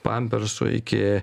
pampersų iki